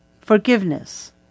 forgiveness